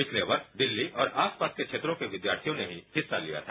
पिछले वर्ष दिल्ली और आसपास के क्षेत्रों के विद्यार्थियों ने हिस्सा लिया था